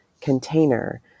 container